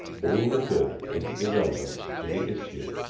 all the good is irrelevant to the issue.